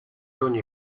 ogni